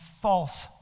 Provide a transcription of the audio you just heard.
false